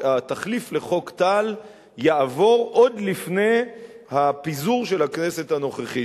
שהתחליף לחוק טל יעבור עוד לפני הפיזור של הכנסת הנוכחית.